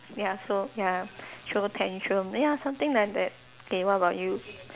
ya so ya show tantrum ya something like that K what about you